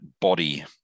body